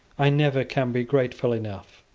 i never can be grateful enough.